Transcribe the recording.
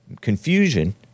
confusion